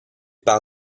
par